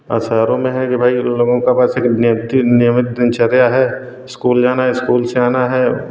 और शहरों में है कि भाई लोगों के पास एक नेप की न नियमित दिनचर्या है स्कूल जाना है स्कूल से आना है